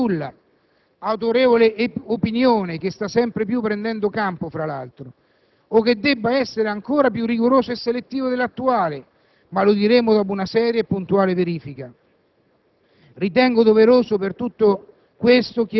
Potremmo anche arrivare alla conclusione che esso non serva a nulla, autorevole opinione che sta sempre più prendendo campo, o che debba essere ancora più rigoroso e selettivo dell'attuale; ma lo diremmo dopo una seria e puntuale verifica.